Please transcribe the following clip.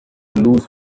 lose